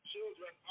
Children